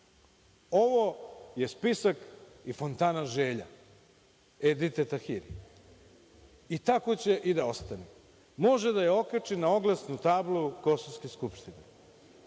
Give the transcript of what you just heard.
ovo je spisak i fontana želja Edite Tahiri i tako će i da ostane. Može da okači na oglasnu tablu kosovske skupštine.